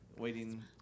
waiting